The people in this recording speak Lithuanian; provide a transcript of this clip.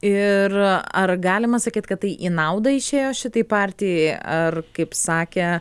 ir ar galima sakyt kad tai į naudą išėjo šitai partijai ar kaip sakė